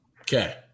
Okay